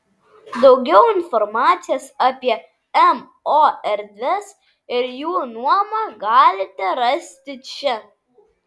daugiau informacijos apie mo erdves ir jų nuomą galite rasti čia